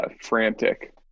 frantic